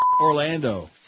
Orlando